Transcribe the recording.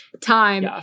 time